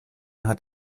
hat